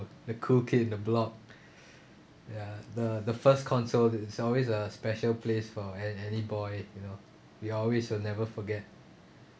the cool kid in the block ya the the first console it's always a special place for an~ any boy you know we always will never forget